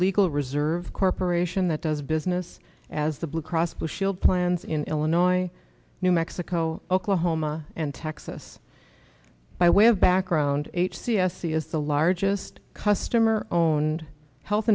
legal reserve corporation that does business as the blue cross blue shield plans in illinois new mexico oklahoma and texas by way of background eight c s c is the largest customer owned health